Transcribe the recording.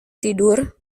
tidur